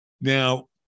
Now